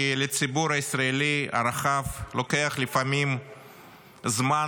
כי לציבור הישראלי הרחב לוקח לפעמים זמן